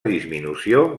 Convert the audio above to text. disminució